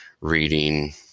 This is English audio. reading